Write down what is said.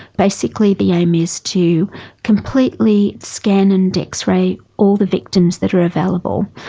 basically the aim is to completely scan and x-ray all the victims that are available,